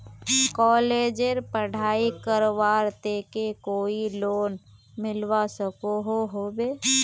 कॉलेजेर पढ़ाई करवार केते कोई लोन मिलवा सकोहो होबे?